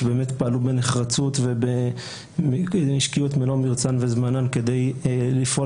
שבאמת פעלו בנחרצות והשקיעו את מלוא מרצן וזמנן כדי לפעול